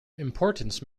importance